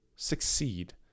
succeed